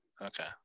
okay